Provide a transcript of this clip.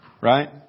right